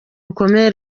rukomeye